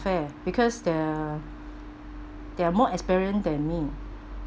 fair because the they are more experience than me